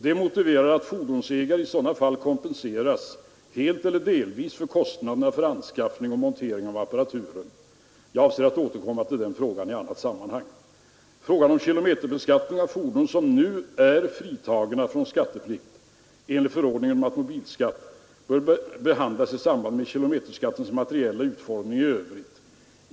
Detta motiverar att fordonsägare i sådana fall kompenseras helt eller delvis för kostnaderna för anskaffning och montering av apparaturen. Jag avser att återkomma till denna fråga i annat sammanhang. behandlas i samband med kilomete ttens materiella utformning i övrigt.